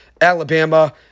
Alabama